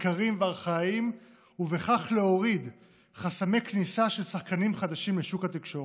יקרים וארכאיים ובכך להוריד חסמי כניסה של שחקנים חדשים לשוק התקשורת.